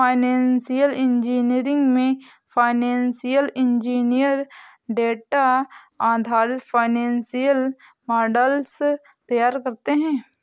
financial engineering में financial engineer data आधारित financial models तैयार करते है